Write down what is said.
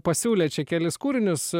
pasiūlė čia kelis kūrinius